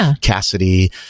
Cassidy